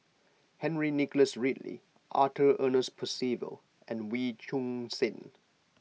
Henry Nicholas Ridley Arthur Ernest Percival and Wee Choon Seng